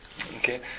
okay